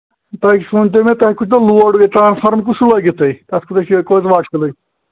تۄہہِ چھُ یہِ ؤنۍتو مےٚ تۄہہِ کوٗتاہ لوڈ بیٚیہِ ٹرٛانَسفارَم کُس چھُ لٲگِتھ تۄہہِ تَتھ کوٗتاہ چھِ یہِ کٔژ واٹ چھُ تۄہہِ لٲگِتھ